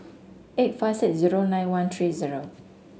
eight five six zero nine one three zero